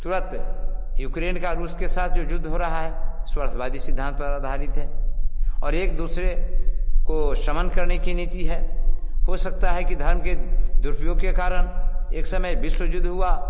तुरंत युक्रेन का अभी उसके साथ युद्ध हो रहा है स्वसवादी सिद्धांत पर आधारित है और एक दूसरे को शमन करने की नीति है हो सकता है कि धर्म के दुरूपयोग के कारण एक समय विश्व युद्ध हुआ